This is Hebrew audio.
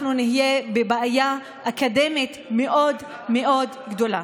אנחנו נהיה בבעיה אקדמית מאוד מאוד גדולה.